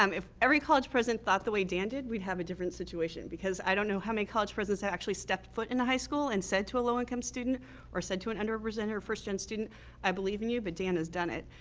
um if every college president thought the way dan did, we'd have a different situation, because i don't know how many college presidents have actually stepped foot in a high school and said to a low-income student or said to an underrepresented or first gen student i believe in you, but dan has done it.